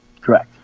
Correct